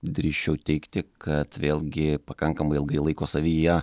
drįsčiau teigti kad vėlgi pakankamai ilgai laiko savyje